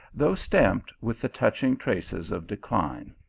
though stamped with the touching traces of decline.